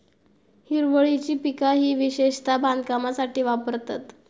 हिरवळीची पिका ही विशेषता बांधकामासाठी वापरतत